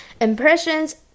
Impressions